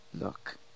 Look